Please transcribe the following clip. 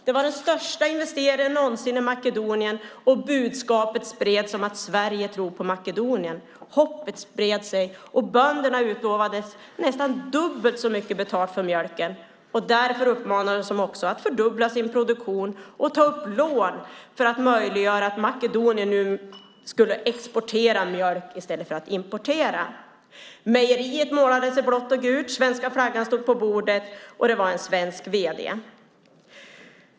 Det var den största investeringen någonsin i Makedonien, och budskapet spreds att Sverige tror på Makedonien. Hoppet spred sig, och bönderna utlovades nästan dubbelt så mycket betalt för mjölken. Därför uppmanades de också att fördubbla sin produktion och ta upp lån för att möjliggöra att Makedonien skulle exportera mjölk i stället för att importera. Mejeriet målades i blått och gult, svenska flaggan stod på bordet, och det var en svensk vd.